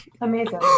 Amazing